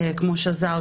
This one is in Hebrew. כמו שזר,